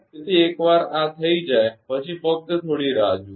તેથી એકવાર આ થઈ જાય પછી ફક્ત થોડી રાહ જુઓ